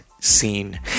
scene